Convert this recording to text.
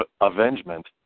avengement